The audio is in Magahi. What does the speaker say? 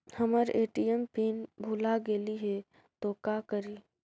हमर ए.टी.एम पिन भूला गेली हे, तो का करि?